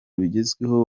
bigezweho